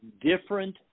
different